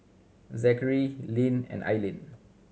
Zackary Linn and Eileen